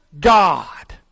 God